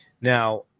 Now